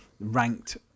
ranked